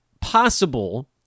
possible